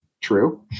true